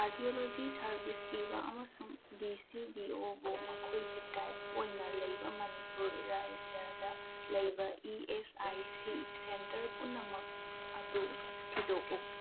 cardiology service ꯄꯤꯕ ꯑꯃꯁꯨꯡ D C B ꯑꯣꯕꯨ ꯃꯈꯣꯏꯒꯤ ꯇꯥꯏꯞ ꯑꯣꯏꯅ ꯂꯩꯕ ꯃꯅꯤꯄꯨꯔ ꯔꯥꯏꯖ꯭ꯌꯥꯗ ꯂꯩꯕ E S I C centre ꯄꯨꯝꯅꯃꯛ ꯑꯗꯨ ꯊꯤꯗꯣꯛꯎ